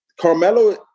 Carmelo